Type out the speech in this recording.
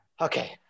Okay